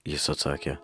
jis atsakė